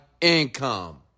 income